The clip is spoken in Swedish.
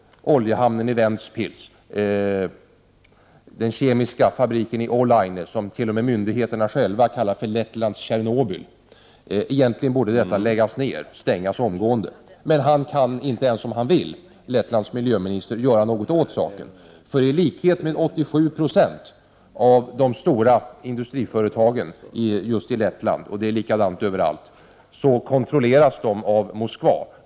Oljehamnen i Ventspils och kemifabriken i Olaine, som t.o.m. myndigheterna själva kallar för Lettlands Tjernobyl, borde egentligen läggas ner och stängas omgående. Men Lettlands miljöminister kan inte, ens om han vill, göra någonting åt saken. Tlikhet med 87 96 av de stora industriföretagen i just Lettland — och det är likadant överallt — kontrolleras nämnda företag av Moskva.